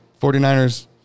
49ers